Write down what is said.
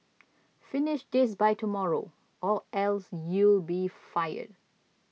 finish this by tomorrow or else you'll be fired